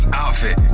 outfit